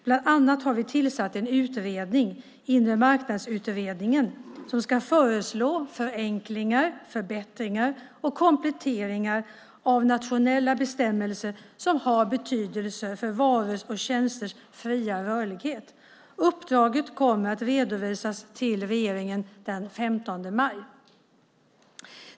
Bland annat har vi tillsatt en utredning, Inremarknadsutredningen , som ska föreslå förenklingar, förbättringar och kompletteringar av nationella bestämmelser som har betydelse för varors och tjänsters fria rörlighet. Uppdraget kommer att redovisas till regeringen den 15 maj.